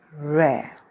rare